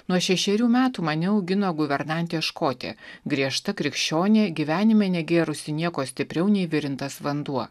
nuo šešerių metų mane augino guvernantė škotė griežta krikščionė gyvenime negėrusi nieko stipriau nei virintas vanduo